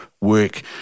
work